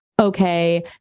okay